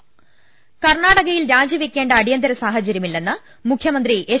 ങ്ങ ൽ കർണാടകയിൽ രാജി വെയ്ക്കേണ്ട അടിയന്തര സാഹചര്യമില്ലെന്ന് മുഖ്യ മന്ത്രി എച്ച്